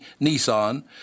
Nissan